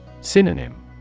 Synonym